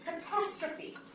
catastrophe